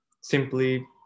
simply